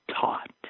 taught